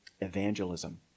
Evangelism